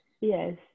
Yes